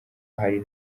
hari